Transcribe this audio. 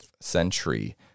century